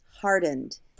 hardened